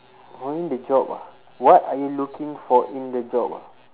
finding the job ah what are you looking for in the job ah